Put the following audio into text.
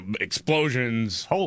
explosions